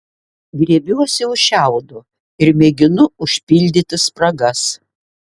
griebiuosi už šiaudo ir mėginu užpildyti spragas